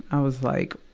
i was, like,